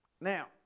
Now